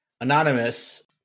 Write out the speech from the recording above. Anonymous